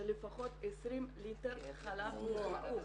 שלפחות 20 ליטר חלב נזרק.